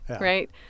right